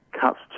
cuts